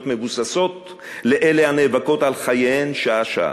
מבוססות לאלה הנאבקות על חייהן שעה-שעה.